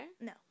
No